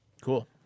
Cool